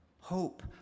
Hope